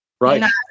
Right